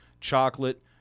chocolate